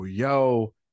Yo